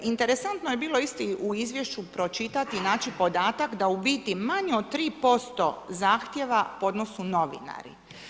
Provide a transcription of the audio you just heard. Interesantno je bilo isto u izvješću pročitati, naći podataka da u biti manje od 3% zahtjeva podnose novinari.